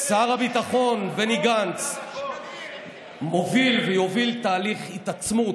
שר הביטחון בני גנץ מוביל ויוביל תהליך התעצמות